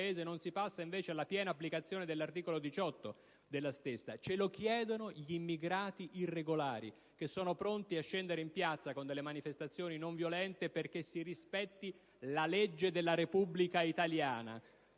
non si passa invece alla piena applicazione dell'articolo 18? Ce lo chiedono gli immigrati irregolari, che sono pronti a scendere in piazza con manifestazioni non violente affinché si rispetti la legge della Repubblica italiana...